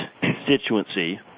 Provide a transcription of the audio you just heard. constituency